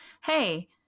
hey